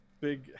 big